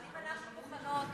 אם אנחנו, המציעות,